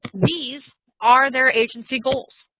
these are their agency goals.